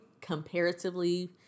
comparatively